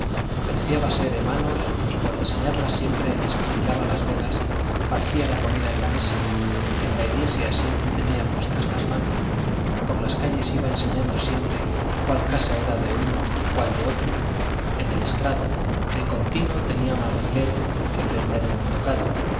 preciábase de manos y por enseñarlas siempre despabilaba las velas partía la comida en la mesa en la iglesia siempre tenía puestas las manos por las calles iba enseñando siempre cuál casa era de uno y cuál de otro en el estrado de contino tenía un alfiler que prender en el tocado